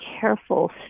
careful